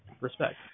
Respect